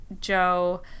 Joe